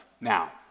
now